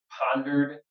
pondered